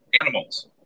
animals